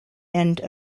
end